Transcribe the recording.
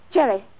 Jerry